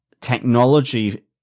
technology